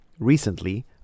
Recently